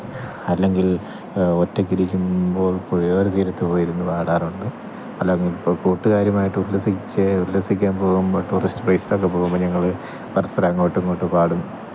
അല്ലെങ്കില് ഒറ്റയ്ക്കിരിക്കുമ്പോള് പുഴയൊര തീരത്ത് പോയിരുന്ന് പാടാറുണ്ട് അല്ലാതിപ്പം കൂട്ടുകാരുമായിട്ട് ഉല്ലസിച്ച് ഉല്ലസിക്കാന് പോവുമ്പം ടൂറിസ്റ്റ് പ്ലേസിലൊക്കെ പോവുമ്പം ഞങ്ങൾ പരസ്പരം അങ്ങോട്ടും ഇങ്ങോട്ടും പാടും